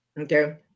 Okay